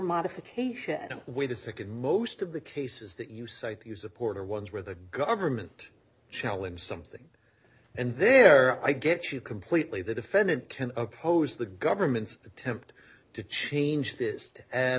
modification with the nd most of the cases that you cite you support are ones where the government challenge something and there i get you completely the defendant can oppose the government's attempt to change this a